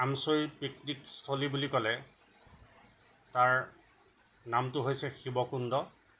আমছৈ পিকনিকস্থলী বুলি ক'লে তাৰ নামটো হৈছে শিৱকুণ্ড